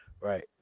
Right